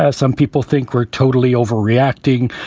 ah some people think we're totally overreacting.